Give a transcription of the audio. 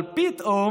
אבל פתאום,